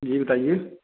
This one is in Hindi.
जी बताइए